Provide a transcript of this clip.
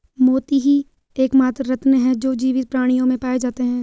मोती ही एकमात्र रत्न है जो जीवित प्राणियों में पाए जाते है